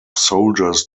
soldiers